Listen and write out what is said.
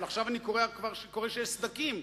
אבל עכשיו אני קורא שיש סדקים,